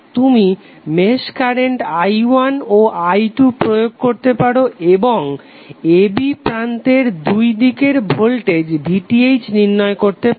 তুমি mesh current i1 ও i2 প্রয়োগ করতে পারো এবং a b প্রান্তের দুইদিকের ভোল্টেজ VTh নির্ণয় করতে পারো